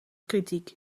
kritiek